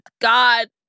God